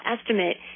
estimate